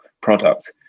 product